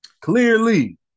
Clearly